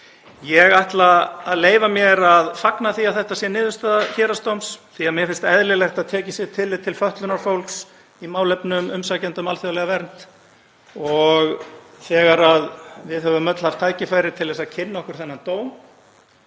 Ég ætla að leyfa mér að fagna því að þetta sé niðurstaða héraðsdóms því að mér finnst eðlilegt að tekið sé tillit til fötlunar fólks í málefnum umsækjenda um alþjóðlega vernd. Þegar við höfum öll haft tækifæri til að kynna okkur þennan dóm